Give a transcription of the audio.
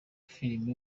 filime